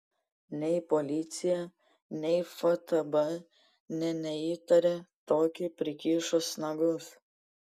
nei policija nei ftb nė neįtarė tokį prikišus nagus